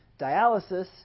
Dialysis